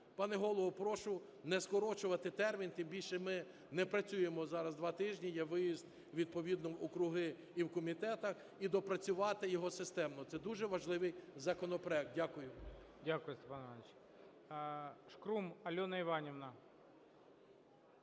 Пане Голово, прошу не скорочувати термін, тим більше ми не працюємо зараз два тижні, є виїзд відповідно в округи і в комітетах, і доопрацювати його системно. Це дуже важливий законопроект. Дякую. ГОЛОВУЮЧИЙ. Дякую, Степан Іванович. Шкрум Альона Іванівна.